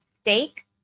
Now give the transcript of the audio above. steak